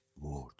word